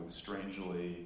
strangely